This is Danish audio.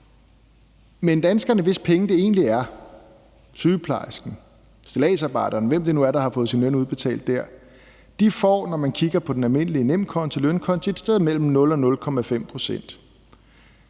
men danskerne, hvis penge det egentlig er, altså sygeplejersken, stilladsarbejderen, eller hvem det nu er, der har fået deres løn udbetalt, får, når man kigger på den almindelige nemkonto, lønkonto, et sted mellem 0 og 0,5 pct.